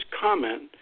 comment